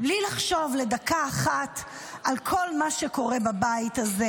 בלי לחשוב לדקה אחת על כל מה שקורה בבית הזה